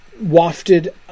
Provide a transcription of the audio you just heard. wafted